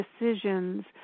decisions